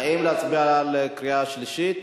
האם להצביע בקריאה שלישית?